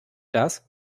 does